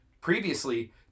Previously